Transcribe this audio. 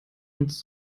uns